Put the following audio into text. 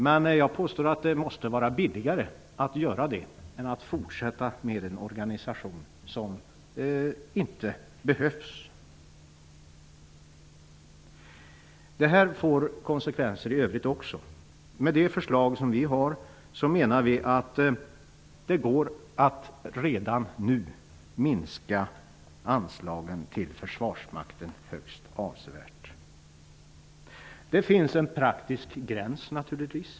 Men jag påstår att det måste vara billigare att göra det än att fortsätta med en organisation som inte behövs. Detta får konsekvenser i övrigt också. Med det förslag som vi har går det att redan nu minska anslagen till försvarsmakten högst avsevärt. Det finns naturligtvis en praktisk gräns.